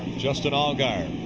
justin allgaier,